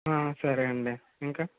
సరే అండి ఇంకా